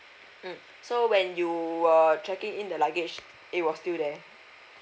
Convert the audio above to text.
mm so when you were check in luggage it was still there